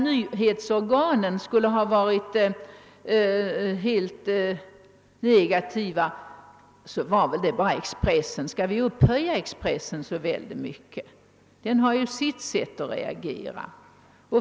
Nyhetsorganen skulle ha varit helt negativa, men det gäller väl bara Expressen. Skall vi upphöja Expressen så väldigt mycket? Den har ju sitt sätt att reagera.